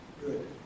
good